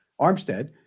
Armstead